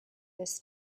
this